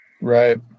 right